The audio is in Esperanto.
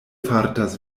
fartas